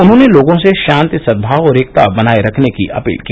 उन्होंने लोगों से शाति सद्भाव और एकता बनाए रखने की अपील की